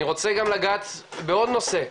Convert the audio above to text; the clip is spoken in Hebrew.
אני רוצה גם לגעת בעוד נושא,